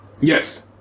Yes